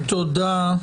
תודה.